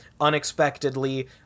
unexpectedly